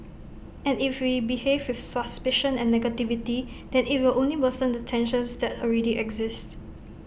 and if we behave with suspicion and negativity then IT will only worsen the tensions that already exist